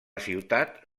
ciutat